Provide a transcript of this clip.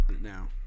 now